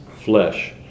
flesh